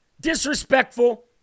disrespectful